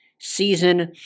season